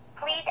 please